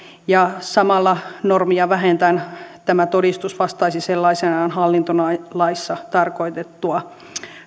ja samalla normeja vähentäen tämä todistus vastaisi sellaisenaan hallintolaissa tarkoitettua